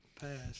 passed